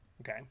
okay